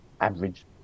average